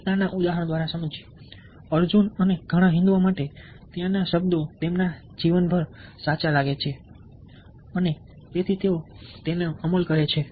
ગીતાનું ઉદાહરણ અર્જુન અને ઘણા હિંદુઓ માટે ત્યાંના શબ્દો તેમના જીવનભર સાચા લાગે છે અને તેથી તેઓ તેનો અમલ કરે છે